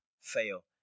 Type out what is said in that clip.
fail